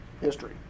history